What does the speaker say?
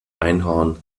einhorn